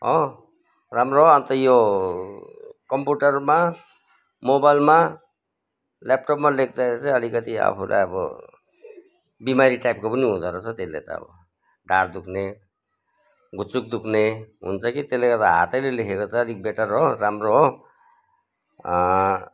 हो राम्रो हो अन्त यो कम्प्युटरमा मोबाइलमा ल्यापटपमा लेख्दाखेरि चाहिँ अलिकति आफुलाई अब बिमारी टाइपको पनि हुँदो रहेछ त्यसले त अब ढाँड दुख्ने घुच्चुक दुख्ने हुन्छ कि त्यसले गर्दा हातैले लेखेको चाहिँ अलिक बेटर हो राम्रो हो